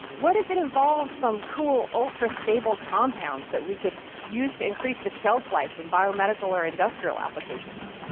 what if it involves some cool, ultra-stable compounds that we could use to increase the shelf life in biomedical or industrial applications?